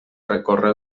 recorre